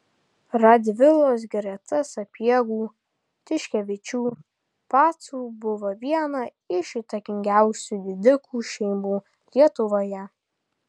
radvilos greta sapiegų tiškevičių pacų buvo viena iš įtakingiausių didikų šeimų lietuvoje